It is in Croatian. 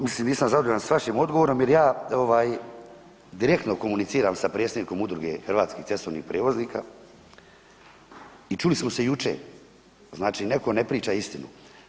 Mislim nisam zadovoljan s vašim odgovorom jer ja direktno komuniciram sa predsjednikom Udruge hrvatskih cestovnih prijevoznika i čuli smo se jučer, znači netko ne priča istinu.